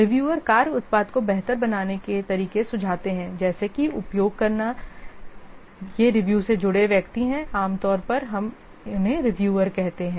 reviewer कार्य उत्पाद को बेहतर बनाने के तरीके सुझाते हैं जैसे कि उपयोग करना ये रिव्यू से जुड़े व्यक्ति हैं आमतौर पर हम उन्हें रिव्यूअर कहते हैं